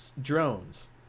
Drones